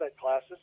classes